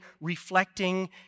reflecting